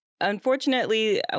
Unfortunately